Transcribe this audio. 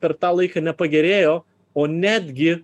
per tą laiką nepagerėjo o netgi